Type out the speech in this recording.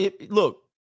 Look